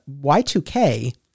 Y2K